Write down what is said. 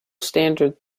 standard